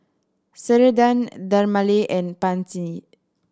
Ceradan Dermale and Pansy